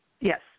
Yes